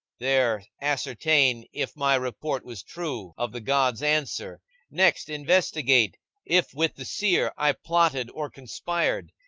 there ascertain if my report was true of the god's answer next investigate if with the seer i plotted or conspired,